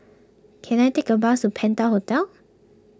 can I take a bus to Penta Hotel